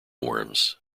worms